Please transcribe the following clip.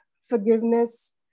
forgiveness